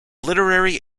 literary